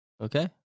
Okay